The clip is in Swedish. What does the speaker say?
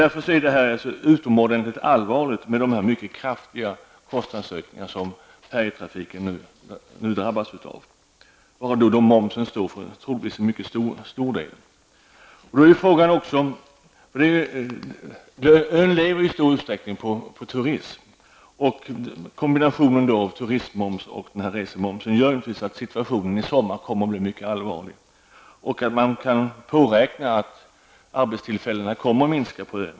Därför är det utomordentligt allvarligt med dessa mycket kraftiga kostnadsökningar, varav momsen står för en mycket stor del, som färjetrafiken nu drabbas av. Gotland lever i stor utsträckning på turism. Kombinationen turistmoms och resemoms gör naturligtvis att situationen i sommar kommer att bli mycket allvarlig. Man kan påräkna att arbetstillfällena på ön kommer att minska.